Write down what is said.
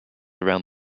around